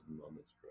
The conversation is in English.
moments